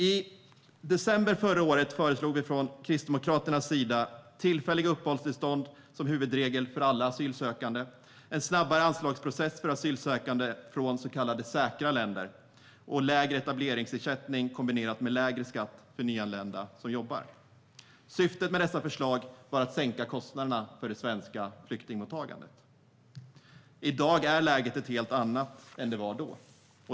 I december förra året föreslog vi kristdemokrater tillfälliga uppehållstillstånd som huvudregel för alla asylsökande, en snabbare avslagsprocess för asylsökande från så kallade säkra länder och lägre etableringsersättning kombinerat med lägre skatt för nyanlända som jobbar. Syftet med dessa förslag var att sänka kostnaderna för det svenska flyktingmottagandet. I dag är läget ett helt annat än vad det var då.